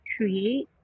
create